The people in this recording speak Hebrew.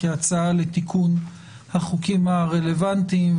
כהצעה לתיקון החוקים הרלוונטיים,